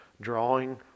drawing